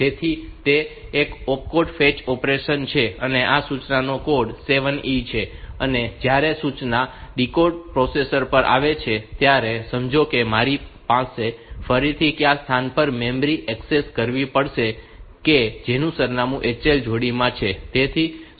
તેથી તે એક ઓપકોડ ફેચ ઓપરેશન છે અને આ સૂચનાનો કોડ 7E છે અને જ્યારે સૂચના ડીકોડર પ્રોસેસર પર આવે છે ત્યારે સમજો કે મારે ફરીથી કયા સ્થાન પર મેમરી એક્સેસ કરવી પડશે કે જેનું સરનામું HL જોડીમાં છે